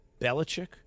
Belichick